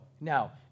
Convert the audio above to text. Now